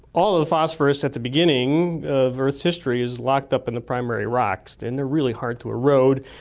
all the phosphorous at the beginning of earth's history is locked up in the primary rocks, and they're really hard to erode,